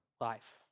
life